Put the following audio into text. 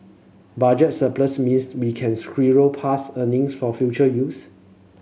budget surplus means we can squirrel past earnings for future use